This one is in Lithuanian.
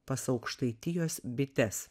pas aukštaitijos bites